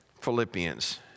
Philippians